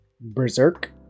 Berserk